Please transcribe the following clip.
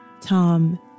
Tom